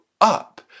up